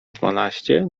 dwanaście